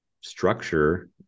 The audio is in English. structure